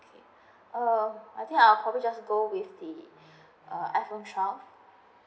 oh I think I will probably go with the uh iphone twelve